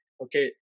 okay